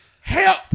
Help